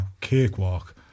cakewalk